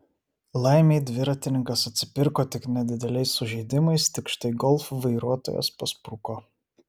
laimei dviratininkas atsipirko tik nedideliais sužeidimais tik štai golf vairuotojas paspruko